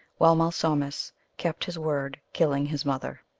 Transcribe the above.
while malsumsis kept his word, killing his mother.